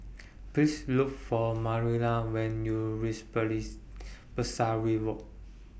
Please Look For Marilla when YOU REACH Pesari Walk